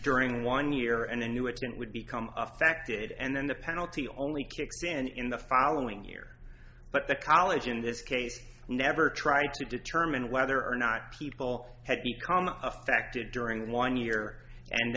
during one year and a new it would become affected and then the penalty only kicks in in the following year but the college in this case never tried to determine whether or not people had become affected during one year and